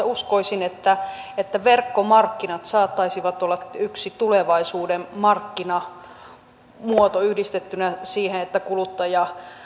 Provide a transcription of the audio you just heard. uskoisin että että verkkomarkkinat saattaisivat olla yksi tulevaisuuden markkinamuoto yhdistettynä siihen että kuluttaja